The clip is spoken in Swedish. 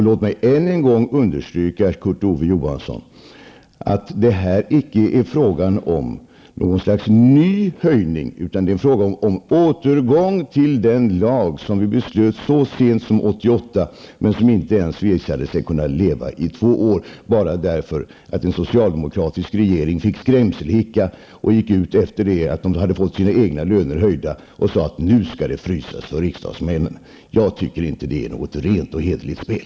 Låt mig än en gång understryka, Kurt Ove Johansson, att det här icke är fråga om någon ny höjning utan att det är fråga om en återgång till den lag som vi fattade beslut om så sent som 1988 men som visade sig inte ens kunna leva i två år bara därför att en socialdemokratisk regering fick skrämselhicka och efter det att den fått sina egna löner höjda beslöt att riksdagsmännens löner skulle frysas. Jag tycker inte att det är ett rent och hederligt spel.